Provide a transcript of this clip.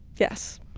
yes.